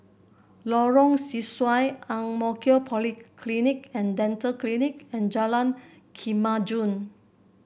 Lorong Sesuai Ang Mo Kio Polyclinic And Dental Clinic and Jalan Kemajuan